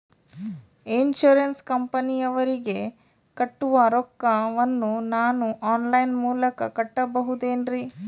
Insurance ಕಂಪನಿಯವರಿಗೆ ಕಟ್ಟುವ ರೊಕ್ಕ ವನ್ನು ನಾನು ಆನ್ ಲೈನ್ ಮೂಲಕ ಕಟ್ಟಬಹುದೇನ್ರಿ?